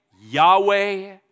Yahweh